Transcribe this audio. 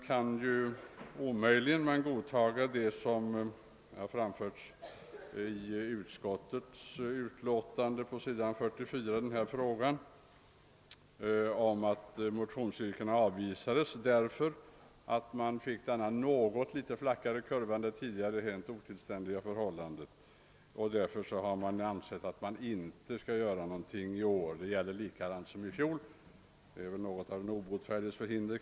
Jag kan omöjligen godta vad som anförs på s. 44 i utskottets utlåtande, där det framhålles, »att motionsyrkandena avvisas därför att avtrappningen av förmånerna uppmjukats, så att den numera följer en flackare kurva än tidigare». Då förelåg enligt min mening ett helt otillständigt förhållande. »Utskottet har därför i år lika litet som i fjol ansett sig kunna vidta någon åtgärd.» Detta förefaller mig vara något av den obotfärdiges förhinder.